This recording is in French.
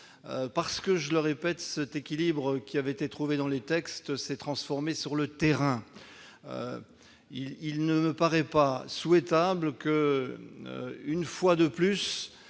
: je le répète, cet équilibre qui avait été trouvé dans les textes s'est transformé sur le terrain. Il ne me semble pas souhaitable que, une fois de plus,